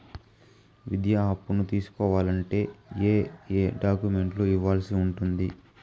విద్యా అప్పును తీసుకోవాలంటే ఏ ఏ డాక్యుమెంట్లు ఇవ్వాల్సి ఉంటుంది